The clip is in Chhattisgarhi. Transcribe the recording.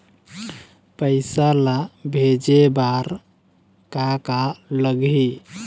पैसा ला भेजे बार का का लगही?